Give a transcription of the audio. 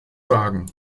sagen